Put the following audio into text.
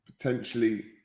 potentially